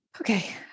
Okay